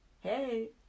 Hey